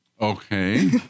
Okay